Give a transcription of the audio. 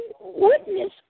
witness